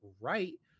right